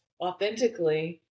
authentically